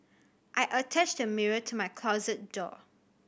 I attached a mirror to my closet door